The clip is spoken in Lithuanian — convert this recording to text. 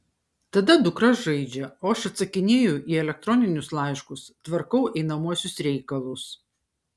tada dukra žaidžia o aš atsakinėju į elektroninius laiškus tvarkau einamuosius reikalus